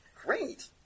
Great